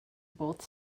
both